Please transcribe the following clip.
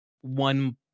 one